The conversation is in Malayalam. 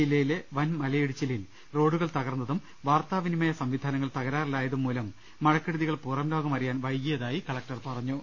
ജില്ലയിലെ വൻമലയിടിച്ചിലിൽ റോഡുകൾ തകർന്നതും വാർത്ത വിനിമയ സംവിധാനങ്ങൾ തകരാറിലായതും മൂലം മഴക്കെടുതികൾ പുറംലോകം അറിയാൻ വൈകിയതായി കളകൂർ പറഞ്ഞു